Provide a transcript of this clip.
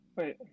Wait